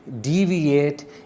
deviate